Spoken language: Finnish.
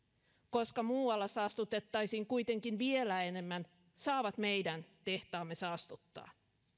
koska muualla saastutettaisiin kuitenkin vielä enemmän saavat meidän tehtaamme saastuttaa